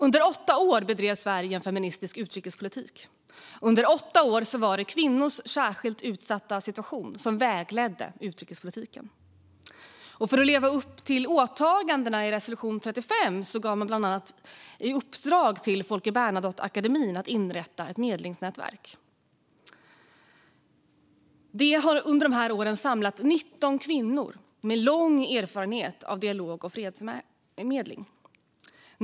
Under åtta år bedrev Sverige en feministisk utrikespolitik. Under åtta år var det kvinnors särskilt utsatta situation som vägledde utrikespolitiken. För att leva upp till åtagandena i resolution 1325 gav man bland annat i uppdrag till Folke Bernadotteakademin att inrätta ett medlingsnätverk. Det har under de här åren samlat 19 kvinnor med lång erfarenhet av dialog och fredsmedling.